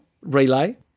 relay